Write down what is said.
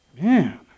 Man